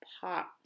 pop